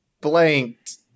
blanked